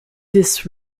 this